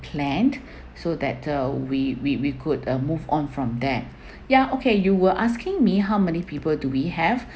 planned so that uh we we we could uh move on from there ya okay you were asking me how many people do we have